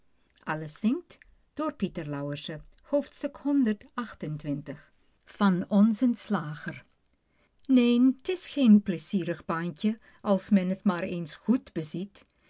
onzen slager neen t is geen pleizierig baantje als men t maar eens goed beziet